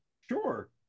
Sure